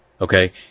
okay